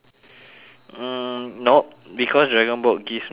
mm nope because dragon boat gives me purpose